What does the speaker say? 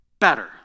better